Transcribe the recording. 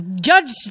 Judge